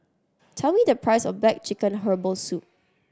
tell me the price of black chicken herbal soup